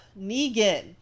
Negan